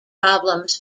problems